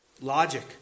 Logic